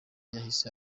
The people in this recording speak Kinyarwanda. yahise